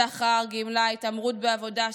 שכר, גמלה, התעמרות בעבודה.